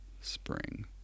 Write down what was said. Spring